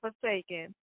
forsaken